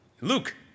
Luke